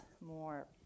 more